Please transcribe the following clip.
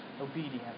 obedience